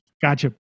Gotcha